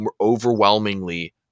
overwhelmingly